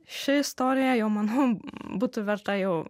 ši istorija jau manau būtų verta jau